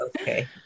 Okay